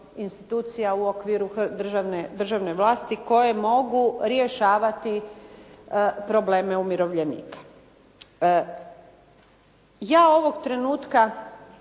u okviru državne vlasti koje mogu rješavati probleme umirovljenika. Ja ovog trenutka